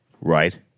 right